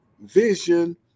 vision